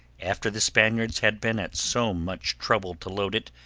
after the spaniards had been at so much trouble to load it,